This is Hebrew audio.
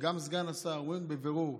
וגם סגן השר אומרים בבירור: